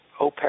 OPEC